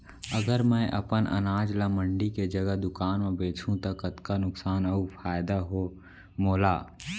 अगर मैं अपन अनाज ला मंडी के जगह दुकान म बेचहूँ त कतका नुकसान अऊ फायदा हे मोला?